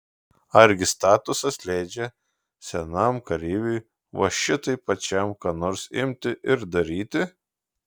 argi statutas leidžia senam kareiviui va šitaip pačiam ką nors imti ir daryti